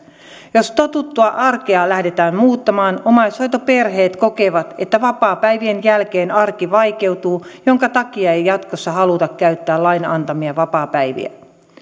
jos totuttua arkea lähdetään muuttamaan omaishoitoperheet kokevat että vapaapäivien jälkeen arki vaikeutuu minkä takia ei jatkossa haluta käyttää lain antamia vapaapäiviä